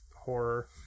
horror